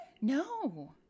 No